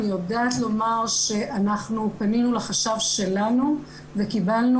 אני יודעת לומר שפנינו לחשב שלנו וקיבלנו